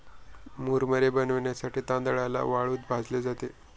मुरमुरे बनविण्यासाठी तांदळाला वाळूत भाजले जाते